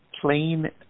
plain